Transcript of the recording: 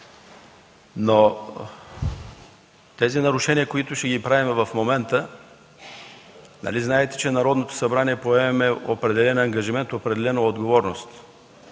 но нарушенията, които ще направим в момента, нали знаете, че Народното събрание поема определен ангажимент, определена отговорност.